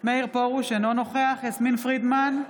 מאיר פרוש, בעד יסמין פרידמן,